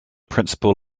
principal